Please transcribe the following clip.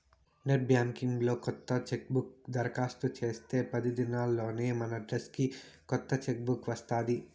net banking లో కొత్త cheque book దరకాస్తు చేస్తే పది దినాల్లోనే మనడ్రస్కి కొత్త చెక్ బుక్ వస్తాది